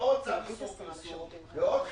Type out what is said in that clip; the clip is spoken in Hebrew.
בעוד צו איסור פרסום, בעוד חיסיון,